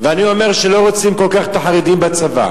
ואני אומר שלא רוצים כל כך את החרדים בצבא.